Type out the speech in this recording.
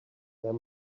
there